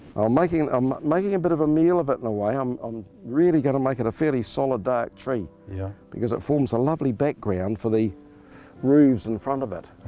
i'm making um a and bit of a meal of it in a way, i'm i'm really going to make it a fairly solid dark tree, yeah because it forms a lovely background for the roofs in front of it.